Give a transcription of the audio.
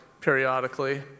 periodically